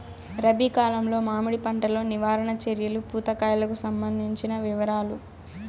రబి కాలంలో మామిడి పంట లో నివారణ చర్యలు పూత కాయలకు సంబంధించిన వివరాలు?